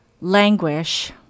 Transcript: languish